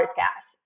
cash